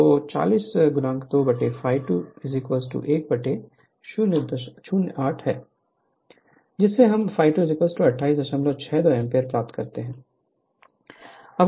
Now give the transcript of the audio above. तो 2 ∅22 108 3 है जिससे हम ∅ 2 2862 एम्पीयर प्राप्त करते हैं